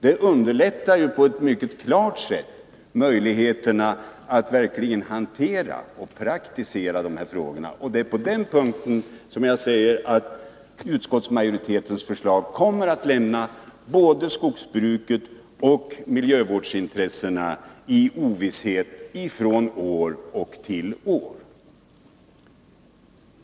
Det underlättar ju på ett mycket klart sätt möjligheterna att verkligen hantera de här frågorna. Det är på den punkten som jag menar att utskottsmajoritetens förslag kommer att lämna både skogsbruket och miljövårdsintressena i ovisshet från år till år.